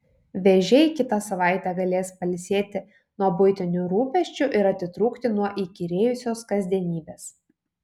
vėžiai kitą savaitę galės pailsėti nuo buitinių rūpesčių ir atitrūkti nuo įkyrėjusios kasdienybės